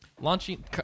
Launching